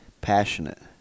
passionate